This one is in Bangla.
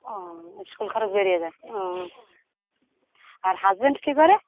ও স্কুল খরচ বেরিয়ে যায় ও আর হাজবেন্ড কী করে